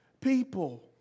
people